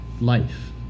life